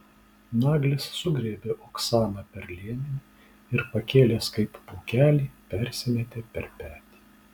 naglis sugriebė oksaną per liemenį ir pakėlęs kaip pūkelį persimetė per petį